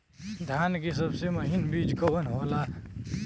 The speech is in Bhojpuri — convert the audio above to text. धान के सबसे महीन बिज कवन होला?